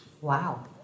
Wow